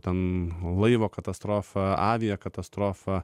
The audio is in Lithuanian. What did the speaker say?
ten laivo katastrofą aviakatastrofą